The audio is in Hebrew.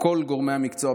כל גורמי המקצוע,